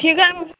ठीक आहे मग